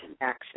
action